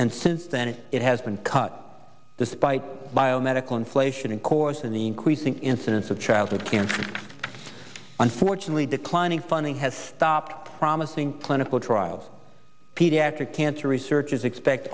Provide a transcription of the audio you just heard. and since then it it has been cut despite biomedical inflation and caused in the increasing incidence of childhood cancer unfortunately declining funding has stopped promising clinical trials pediatric cancer researchers expect